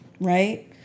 Right